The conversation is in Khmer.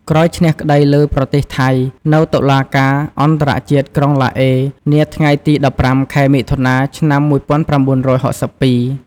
ក្រោយឈ្នះក្តីលើ ប្រទេសថៃ នៅតុលាការអន្តរជាតិ ក្រុងឡាអេ នាថ្ងៃទី ១៥ ខែមិថុនា ឆ្នាំ១៩៦២។